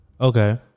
Okay